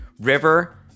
river